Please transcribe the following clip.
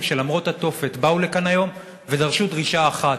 שלמרות התופת באו לכאן היום ודרשו דרישה אחת: